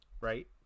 right